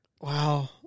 Wow